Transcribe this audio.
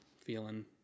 feeling